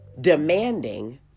demanding